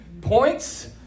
points